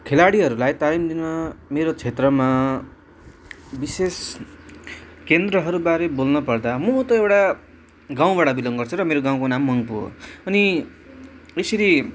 खेलाडीहरूलाई टाइम दिन मेरो क्षेत्रमा विशेष केन्द्रहरूबारे बोल्नुपर्दा म त एउटा गाउँबाट बिलङ गर्छु र मेरो गाउँको नाम मङ्पू हो अनि यसरी